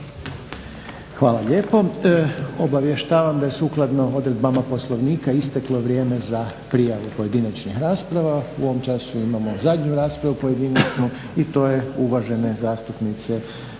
Hvala lijepo. Obavještavam da je sukladno odredbama poslovnika isteklo vrijeme za prijavu pojedinačnih rasprava. U ovom času imamo zadnju raspravu pojedinačnu i to je uvažene zastupnice